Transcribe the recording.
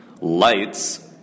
Lights